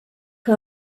que